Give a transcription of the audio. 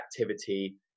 activity